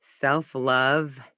self-love